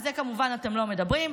על זה כמובן אתם לא מדברים,